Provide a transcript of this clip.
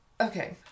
okay